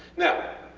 now